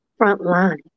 Frontline